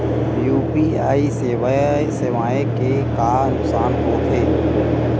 UPI सेवाएं के का नुकसान हो थे?